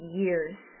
years